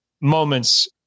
moments